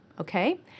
Okay